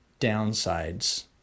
downsides